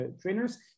trainers